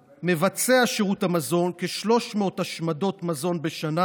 שירות המזון מבצע כ-300 השמדות מזון בשנה